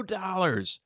dollars